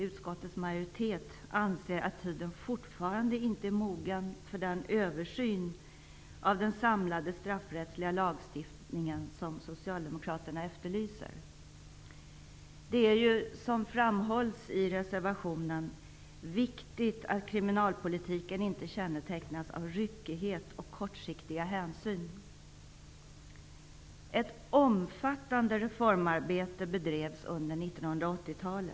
Utskottets majoritet anser att tiden fortfarande inte är mogen för den översyn av den samlade straffrättsliga lagstiftningen som socialdemokraterna efterlyser. Det är ju, som framhålls i reservationen, viktigt att kriminalpolitiken inte kännetecknas av ryckighet och kortsiktiga hänsyn. Ett omfattande reformarbete bedrevs under 1980 talet.